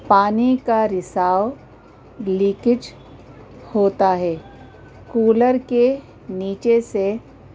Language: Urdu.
پانی کا رساؤ لیکیج ہوتا ہے کولر کے نیچے سے